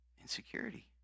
Insecurity